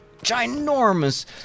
ginormous